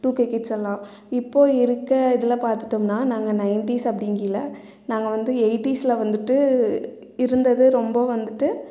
two K கிட்ஸ்ஸெல்லாம் இப்போ இருக்க இதில் பார்த்துட்டோம்னா நாங்கள் நைன்டீஸ் அப்படிங்கியில நாங்கள் வந்து எயிட்டீஸில் வந்துவிட்டு இருந்தது ரொம்ப வந்துவிட்டு